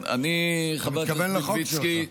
חבר הכנסת מלביצקי,